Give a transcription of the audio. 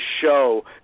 show